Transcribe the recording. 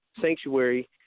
sanctuary